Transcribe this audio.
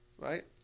right